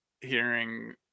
hearing